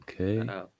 Okay